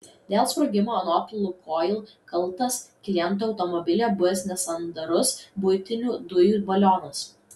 dėl sprogimo anot lukoil kaltas kliento automobilyje buvęs nesandarus buitinių dujų balionas